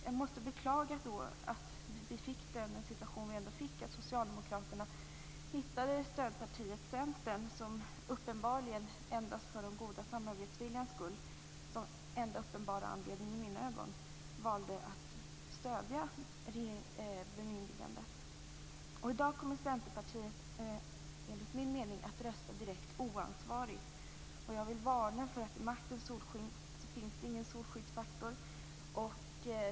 Jag måste beklaga att vi fick den situation som vi fick, att Socialdemokraterna hittade stödpartiet Centern som uppenbarligen endast för den goda samarbetsviljans skull - det är den enda uppenbara anledningen i mina ögon - valde att stödja bemyndigandet. I dag kommer Centerpartiet enligt min mening att rösta direkt oansvarigt. Jag vill varna för att i maktens solsken finns det ingen solskyddsfaktor.